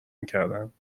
میکردند